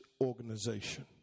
organization